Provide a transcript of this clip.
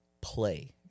play